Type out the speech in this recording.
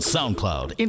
SoundCloud